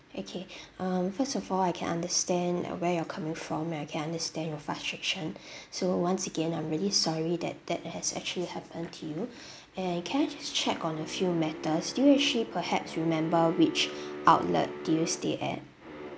okay um first of all I can understand uh where you're coming from and I can understand your frustration so once again I'm really sorry that that has actually happened to you and can I just check on a few matters do you actually perhaps remember which outlet did you stay at